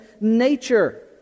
nature